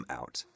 out